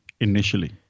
initially